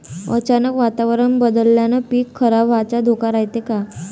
अचानक वातावरण बदलल्यानं पीक खराब व्हाचा धोका रायते का?